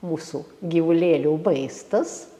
mūsų gyvulėlių vaistas